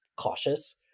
cautious